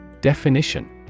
Definition